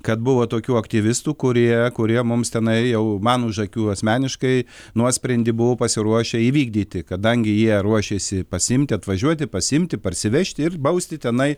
kad buvo tokių aktyvistų kurie kurie mums tenai jau man už akių asmeniškai nuosprendį buvo pasiruošę įvykdyti kadangi jie ruošėsi pasiimti atvažiuoti pasiimti parsivežti ir bausti tenai